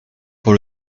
pour